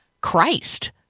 Christ